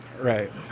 right